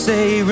Say